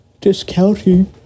discounting